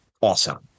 awesome